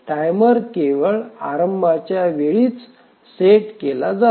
timer केवळ आरंभनाच्या वेळी सेट केला जातो